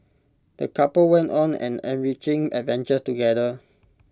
the couple went on an enriching adventure together